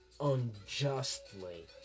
unjustly